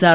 R